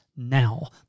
now